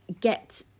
get